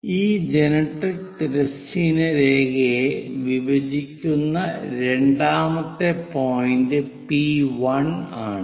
ഈ ജനറട്രിക്സ് തിരശ്ചീന രേഖയെ വിഭജിക്കുന്ന രണ്ടാമത്തെ പോയിന്റ് പി 1 ആണ്